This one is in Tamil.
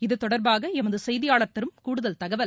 இதுதொடர்பாக எமது செய்தியாளர் தரும் கூடுதல் தகவல்